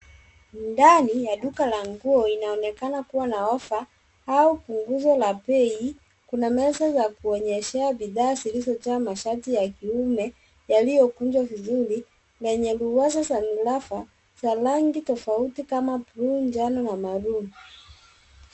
Ndani ya duka la nguo, inaonekana kua na ofa au punguzo la bei. Kuna meza za kuonyeshea bidhaa zilizojaa mashati ya kiume , yaliyokunjwa vizuri, na yenye luwaza za miraba za rangi tofauti kama blue , njano, na maroon .